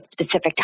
specific